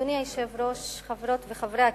אדוני היושב-ראש, חברות וחברי הכנסת,